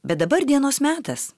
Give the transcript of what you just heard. bet dabar dienos metas